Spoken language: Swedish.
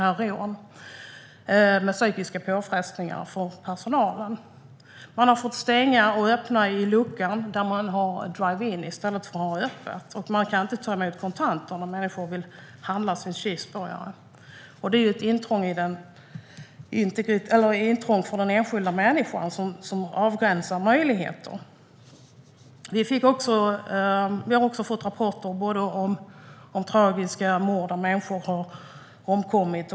Det är psykiskt påfrestande för personalen. Man har fått stänga och öppna i luckan där man har drive-in i stället för att ha öppet. Och man kan inte ta emot kontanter när kunderna vill köpa sina cheeseburgare. För den enskilda människan är det ett intrång, som avgränsar möjligheter. Vi har också fått rapporter om tragiska mord. Människor har omkommit.